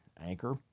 Anchor